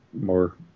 more